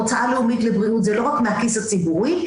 ההוצאה הלאומית לבריאות זה לא רק מהכיס הציבורי,